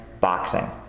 boxing